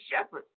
Shepherd